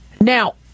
Now